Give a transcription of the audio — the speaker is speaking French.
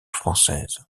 française